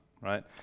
right